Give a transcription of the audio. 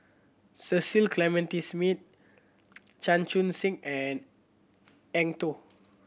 Cecil Clementi Smith Chan Chun Sing and Eng Tow